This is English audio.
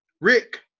Rick